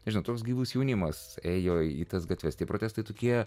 ir ne toks gilus jaunimas ėjo į tas gatves tie protestai tokie